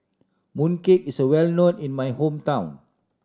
mooncake is well known in my hometown